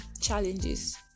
Challenges